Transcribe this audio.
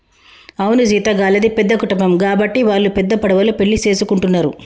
అవును సీత గళ్ళది పెద్ద కుటుంబం గాబట్టి వాల్లు పెద్ద పడవలో పెండ్లి సేసుకుంటున్నరు